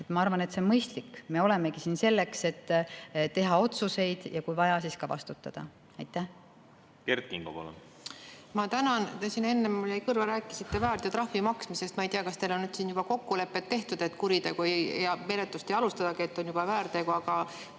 Ma arvan, et see on mõistlik. Me olemegi siin selleks, et teha otsuseid ja kui vaja, siis ka vastutada. Kert Kingo, palun! Ma tänan! Siin jäi mulle enne kõrva, et rääkisite väärteotrahvi maksmisest. Ma ei tea, kas teil on siin juba kokkulepped tehtud, et kuriteomenetlust ei alustatagi, et on juba väärtegu.